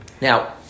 Now